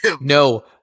No